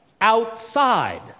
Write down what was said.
outside